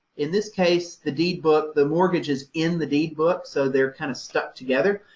in this case, the deed book, the mortgage is in the deed book, so they're kind of stuck together.